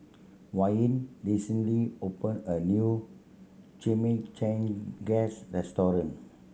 Wayne recently open a new Chimichangas restaurant